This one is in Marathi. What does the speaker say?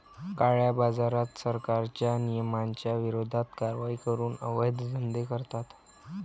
काळ्याबाजारात, सरकारच्या नियमांच्या विरोधात कारवाई करून अवैध धंदे करतात